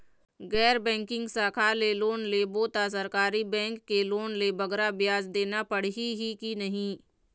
गैर बैंकिंग शाखा ले लोन लेबो ता सरकारी बैंक के लोन ले बगरा ब्याज देना पड़ही ही कि नहीं?